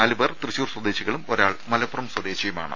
നാലു പേർ തൃശൂർ സ്വദേശികളും ഒരാൾ മലപ്പുറം സ്വദേശിയുമാണ്